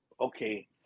okay